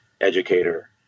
educator